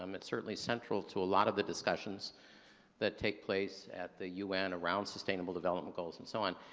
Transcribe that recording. um it's certainly central to a lot of the discussions that take place at the un around sustainable development goals and so on.